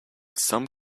some